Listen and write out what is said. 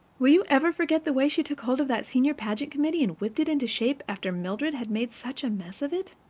will you ever forget the way she took hold of that senior pageant committee and whipped it into shape after mildred had made such a mess of it?